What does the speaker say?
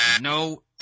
No